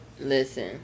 listen